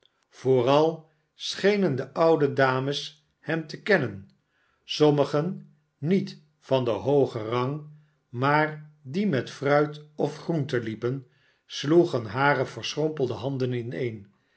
vooral schenen de oude dames hem te kennen sommigen niet van den hoogen rang maar die met fruit of groenten liepen sloegen hare verschrompelde handen ineen en